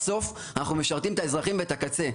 בסוף אנחנו משרתים את האזרחים ואת הקצה.